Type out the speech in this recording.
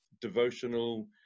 Devotional